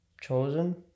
chosen